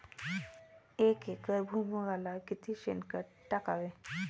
एक एकर भुईमुगाला किती शेणखत टाकावे?